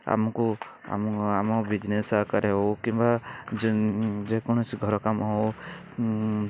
ଆମକୁ ଆମ ଆମ ବିଜନେସ୍ ଆକାରରେ ହଉ କିମ୍ବା ଯେନ୍ ଯେକୌଣସି ଘର କାମ ହଉ